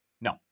no